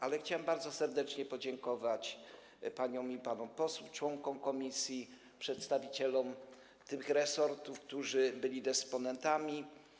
Ale chciałem bardzo serdecznie podziękować paniom i panom członkom komisji, przedstawicielom tych resortów, które były dysponentami.